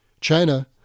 China